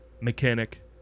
Mechanic